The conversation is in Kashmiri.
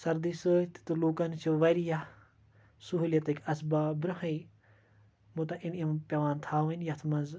سردی سۭتۍ تہِ تہٕ لوٗکَن چھِ واریاہ سہوٗلیتٕکۍ اَسباب برٛونٛہٕے مُتعیِن یِم پیٚوان تھاوٕنۍ یَتھ منٛز